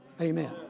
Amen